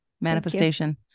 Manifestation